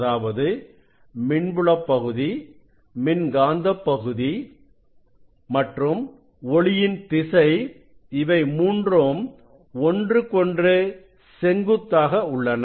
அதாவது மின்புலப் பகுதி மின்காந்தப் பகுதி மற்றும் ஒளியின் திசை இவை மூன்றும் ஒன்றுக்கொன்று செங்குத்தாக உள்ளன